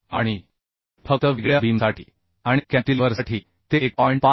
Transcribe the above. आणि फक्त वेगळ्या बीमसाठी आणि कॅन्टिलीव्हरसाठी ते 1